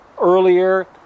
earlier